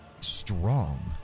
strong